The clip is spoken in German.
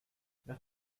nach